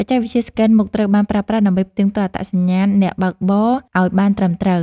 បច្ចេកវិទ្យាស្កេនមុខត្រូវបានប្រើប្រាស់ ដើម្បីផ្ទៀងផ្ទាត់អត្តសញ្ញាណអ្នកបើកបរឱ្យបានត្រឹមត្រូវ។